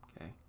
okay